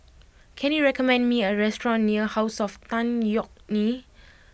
can you recommend me a restaurant near House of Tan Yeok Nee